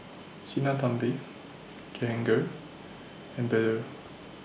Sinnathamby Jehangirr and Bellur